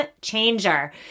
changer